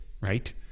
Right